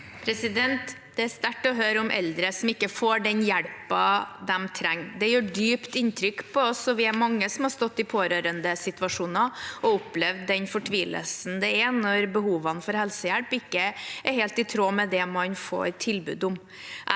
Det er sterkt å høre om eldre som ikke får den hjelpen de trenger. Det gjør dypt inntrykk på oss, og vi er mange som har stått i pårørendesituasjoner og opplevd den fortvilelsen det er når behovet for helsehjelp ikke er helt i tråd med det man får tilbud om.